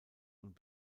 und